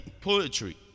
poetry